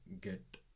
get